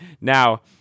Now